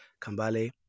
Kambale